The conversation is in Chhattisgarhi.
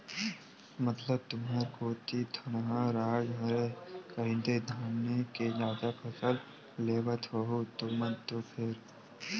मतलब तुंहर कोती धनहा राज हरय कहिदे धाने के जादा फसल लेवत होहू तुमन तो फेर?